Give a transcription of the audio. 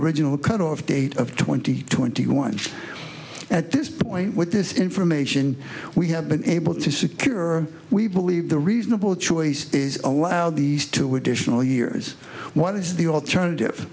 original cutoff date of twenty twenty one at this point with this information we have been able to secure we believe the reasonable choice is allowed these two additional years what is the alternative